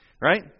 right